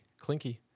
clinky